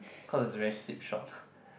cause is very slipshot